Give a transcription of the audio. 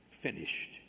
finished